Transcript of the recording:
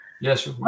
yes